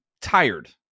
tired